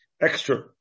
extra